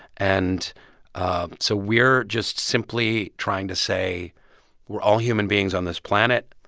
and um so we're just simply trying to say we're all human beings on this planet.